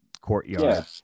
courtyard